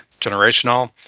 generational